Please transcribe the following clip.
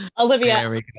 Olivia